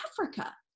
Africa